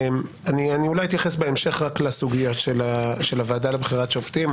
אולי אני אתייחס בהמשך רק לסוגיה של הוועדה לבחירת שופטים.